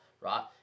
right